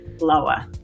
lower